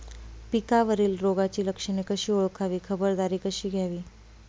पिकावरील रोगाची लक्षणे कशी ओळखावी, खबरदारी कशी घ्यावी?